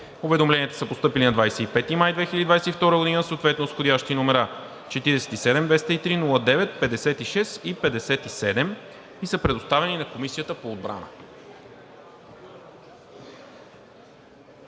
Уведомленията са постъпили на 25 май 2022 г., съответно с входящи номера 47-203-09-56 и 57, и са предоставени на Комисията по отбрана.